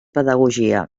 pedagogia